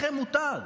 לכם מותר.